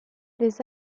les